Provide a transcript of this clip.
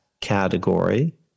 category